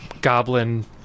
goblin